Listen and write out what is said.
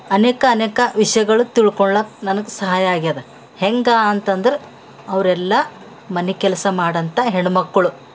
ಅನೇಕ ಅನೇಕ ವಿಷಯಗಳು ತಿಳ್ಕೊಳ್ಳಕ್ಕೆ ನನಗೆ ಸಹಾಯ ಆಗ್ಯದೆ ಹೆಂಗ ಅಂತಂದ್ರೆ ಅವರೆಲ್ಲ ಮನೆ ಕೆಲಸ ಮಾಡಂಥ ಹೆಣ್ಣು ಮಕ್ಕಳು